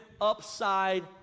upside